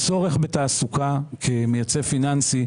הצורך בתעסוקה מייצא פיננסי,